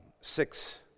six